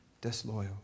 disloyal